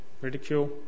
ridicule